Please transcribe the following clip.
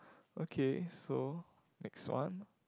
okay so next one